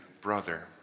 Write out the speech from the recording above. brother